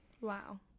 Wow